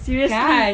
seriously